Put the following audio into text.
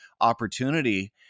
opportunity